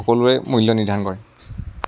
সকলোৰে মূল্য নিৰ্ধাৰণ কৰে